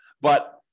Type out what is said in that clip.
But-